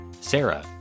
Sarah